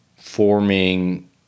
forming